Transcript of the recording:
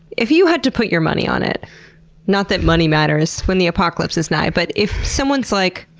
if you had to put your money on it not that money matters when the apocalypse is nigh but if someone's like,